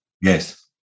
Yes